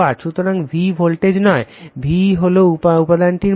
সুতরাং V voltage নয় V হল উপাদানটির মান